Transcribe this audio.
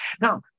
Now